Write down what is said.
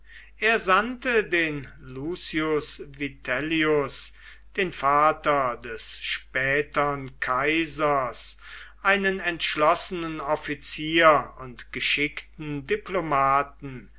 er sandte den lucius vitellius den vater des spätem kaisers einen entschlossenen offizier und geschickten diplomaten